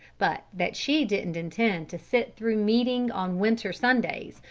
but that she didn't intend to sit through meeting on winter sundays,